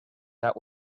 that